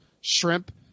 shrimp